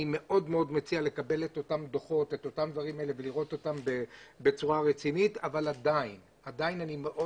אני מציע לקבל את אותם דוחות ולראות אותם בצורה רצינית אבל עדיין אני מאוד